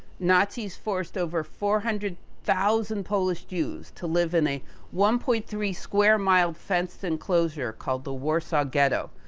nazis forced over four hundred thousand polish jews to live in a one point three square mile fenced enclosure, called the warsaw ghetto.